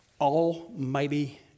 Almighty